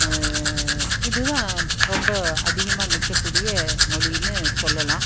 இதுதான் ரொம்ப அதிகமாக நிற்கக்கூடிய மொழியென்னு சொல்லலாம்